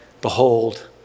behold